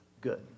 good